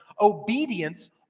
obedience